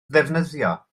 ddefnyddio